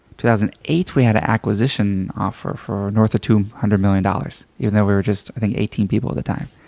two thousand and eight we had an acquisition offer for north of two hundred million dollars, even though we were just i think eighteen people at the time.